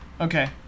Okay